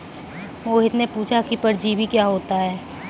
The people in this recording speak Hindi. मोहित ने पूछा कि परजीवी क्या होता है?